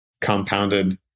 compounded